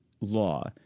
law